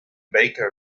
baker